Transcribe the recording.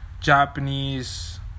Japanese